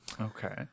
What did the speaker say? Okay